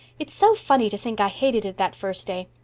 it's so funny to think i hated it that first day.